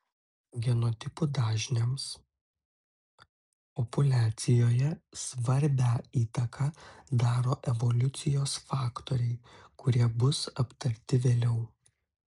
genotipų dažniams populiacijoje svarbią įtaką daro evoliucijos faktoriai kurie bus aptarti vėliau